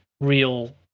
real